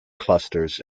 clusters